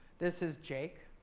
this is jake.